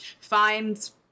finds